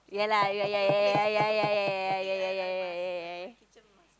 yeah lah yeah yeah yeah yeah yeah yeah yeah yeah yeah yeah yeah yeah yeah yeah